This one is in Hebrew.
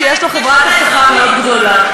שיש לו חברת אבטחה מאוד גדולה,